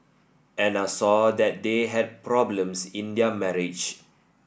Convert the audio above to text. Anna saw that they had problems in their marriage